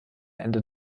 ende